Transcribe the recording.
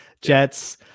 Jets